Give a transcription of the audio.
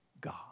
God